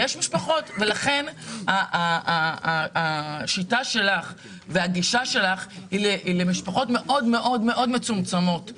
לכן הגישה שלך היא למשפחות מצומצמות מאוד מאוד,